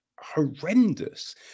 horrendous